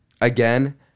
again